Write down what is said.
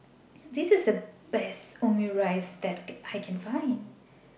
This IS The Best Omurice that I Can Find